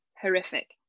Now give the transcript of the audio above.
horrific